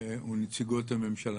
ונציגות הממשלה.